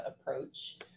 approach